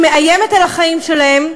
שמאיימת על החיים שלהם,